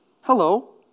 hello